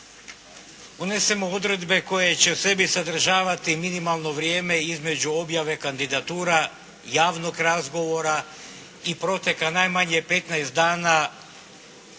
unesemo odredbe koje će u sebi sadržavati minimalno vrijeme između objave kandidatura, javnog razgovora i proteka najmanje 15 dana